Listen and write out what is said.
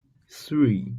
three